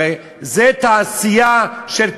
הרי זו תעשייה של כסף.